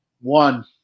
One